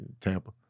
Tampa